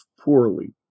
poorly